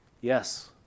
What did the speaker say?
Yes